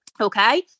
Okay